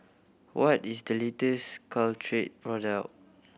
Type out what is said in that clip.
what is the latest Caltrate product